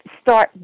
start